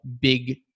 big